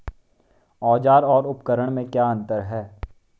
औज़ार और उपकरण में क्या अंतर है?